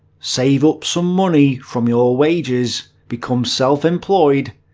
save up some money from your wages, become self-employed,